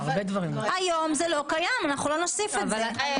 אנחנו לא נוסיף את זה.